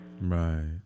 Right